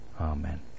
Amen